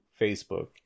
Facebook